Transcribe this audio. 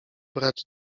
brać